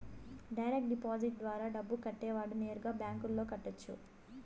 direct deposit ద్వారా డబ్బు కట్టేవాడు నేరుగా బ్యాంకులో కట్టొచ్చు